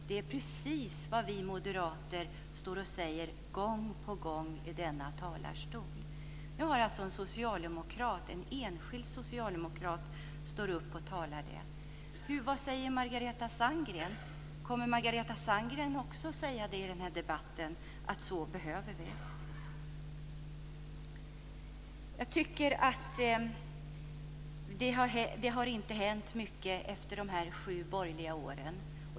Det är precis det som vi moderater säger gång på gång från denna talarstol. Nu har en enskild socialdemokrat också sagt det. Vad säger Margareta Sandgren? Kommer Margareta Sandgren att också säga samma sak i den här debatten? Det har inte hänt mycket efter de sju borgerliga åren.